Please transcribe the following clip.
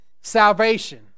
Salvation